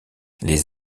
les